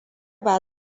ba